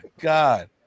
god